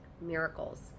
miracles